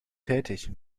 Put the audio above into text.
tätig